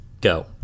go